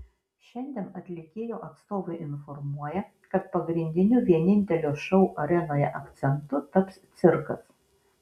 šiandien atlikėjo atstovai informuoja kad pagrindiniu vienintelio šou arenoje akcentu taps cirkas